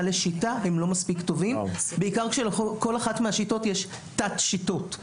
לשיטה בעיקר כאשר לכל אחת מהשיטות יש תת שיטות.